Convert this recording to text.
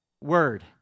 Word